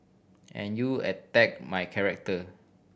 and you attack my character